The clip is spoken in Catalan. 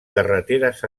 carreteres